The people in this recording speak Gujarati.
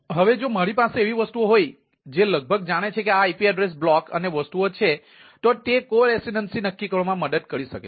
હવે જો મારી પાસે એવી વસ્તુઓ હોય જે લગભગ જાણે છે કે આ આઇપી એડ્રેસ બ્લોક અને વસ્તુઓ છે તો તે કો રેસીડેન્સી નક્કી કરવામાં મદદ કરી શકે છે